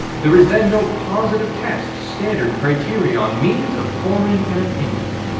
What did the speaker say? there is then no positive test, standard, criterion, means of forming an opinion.